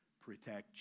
protect